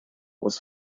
was